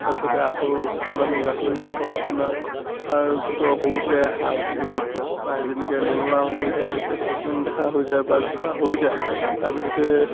তাৰপিছতে আকৌ কিছুমান গাহৰিত ধৰক আপোনাৰ কি কয় সৰুতে হাল কি কয় দুখ পায় যেনেকৈ লেঙুৰা হৈ যায় তাৰপিছত চকুৱে নেদেখা হৈ যায় বা কিবা হৈ যায় তাৰপিছতে